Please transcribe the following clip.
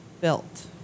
built